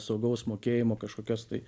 saugaus mokėjimo kažkokios tai